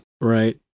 Right